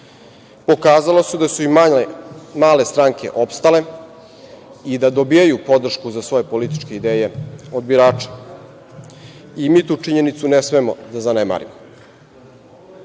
Pokazalo se da su i male stranke opstale i da dobijaju podršku za svoje političke ideje od birača i mi tu činjenicu ne smemo da zanemarimo. Smanjenjem